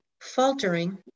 faltering